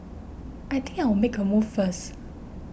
I think I'll make a move first